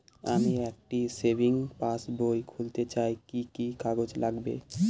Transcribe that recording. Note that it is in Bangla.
আমি একটি সেভিংস পাসবই খুলতে চাই কি কি কাগজ লাগবে?